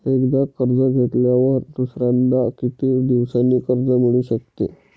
एकदा कर्ज घेतल्यावर दुसऱ्यांदा किती दिवसांनी कर्ज मिळू शकते?